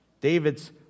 David's